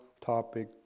topic